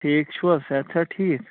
ٹھیٖک چھُو حظ صحت چھا حظ ٹھیٖک